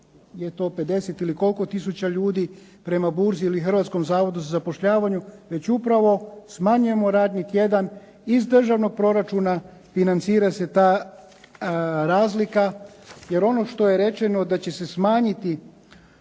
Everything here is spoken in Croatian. li to 50 ili koliko tisuća ljudi prema burzi ili Hrvatskom zavodu za zapošljavanje, već upravo smanjujemo radni tjedan, iz državnog proračuna financira se ta razlika jer ono što je rečeno da će se smanjiti